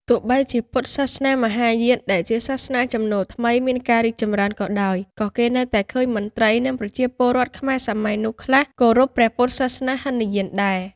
ទោះបីជាពុទ្ធសាសនាមហាយាន ដែលជាសាសនាចំណូល ថ្មី មានការរីកចម្រើនក៏ដោយ ក៏គេនៅតែឃើញមន្ត្រី និងប្រជាពលរដ្ឋ ខ្មែរសម័យនោះ ខ្លះគោរពព្រះពុទ្ធសាសនាហីនយានដែរ ។